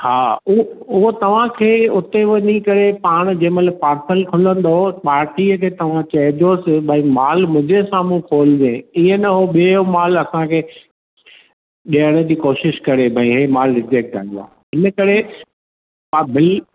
हा हू उहो तव्हां खे उते वञी करे पाण जंहिं महिल पार्सल खुलंदो पार्टीअ खे तव्हां चइजोसि भई माल मुंहिंजे साम्हूं खोलिजइं इएं न हू ॿिए जो माल असां खे ॾियण जी कोशिशि करे भई हीउ माल रिजेक्ट आयो आहे इन करे तव्हां बीही